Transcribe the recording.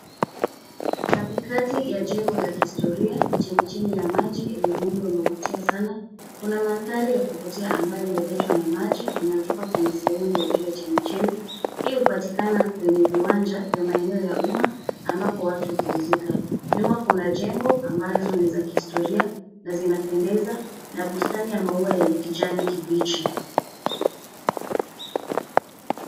Katikati ya jengo la kihistoria, ni chemichemi ya maji yenye muundo unaovutia sana. Kuna mandhari ya kuvutia ambayo yameletwa na maji yanayotoka kwenye sehemu ya juu ya chemichemi. Hii hupatikana kwenye viwanja vya maeneo ya umma ambapo watu hupumzika. Nyuma kuna jengo ambazo ni za kihistoria na zinapendeza na bustani ya maua yenye kijani kibichi.